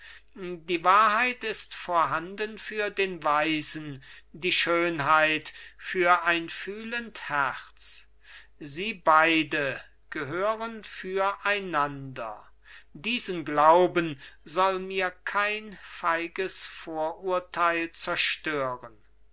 die wahrheit ist vorhanden für den weisen die schönheit für ein fühlend herz sie beide gehören füreinander diesen glauben soll mir kein feiges vorurteil zerstören